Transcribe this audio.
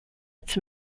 its